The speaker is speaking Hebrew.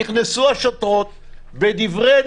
נכנסו השוטרות בדברי נועם,